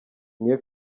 niyo